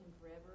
forever